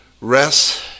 rest